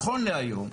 נכון להיום,